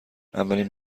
اولین